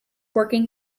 working